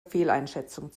fehleinschätzung